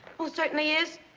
most certainly is.